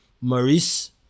Maurice